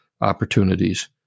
opportunities